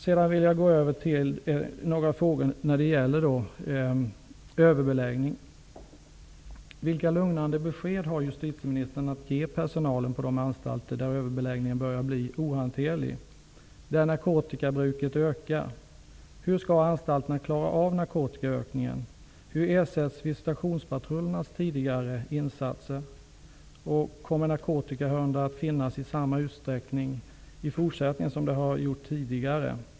Jag skall nu övergå till att ställa några frågor om överbeläggning: Vilka lugnande besked har justitieministern att ge personalen på de anstalter där situationen med överbeläggning och ökat narkotikabruk börjar bli ohanterlig? Hur skall man vid anstalterna klara av narkotikaökningen? Hur ersätts visitationspatrullernas tidigare insatser? Kommer narkotikahundar att finnas i samma utsträckning i fortsättningen som tidigare?